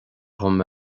dom